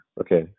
okay